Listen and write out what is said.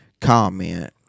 comment